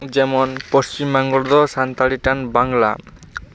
ᱡᱮᱢᱚᱱ ᱯᱚᱥᱪᱤᱢᱵᱟᱝᱞᱟ ᱨᱮᱫᱚ ᱥᱟᱱᱛᱟᱲᱤ ᱴᱟᱱ ᱵᱟᱝᱞᱟ